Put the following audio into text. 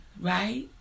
Right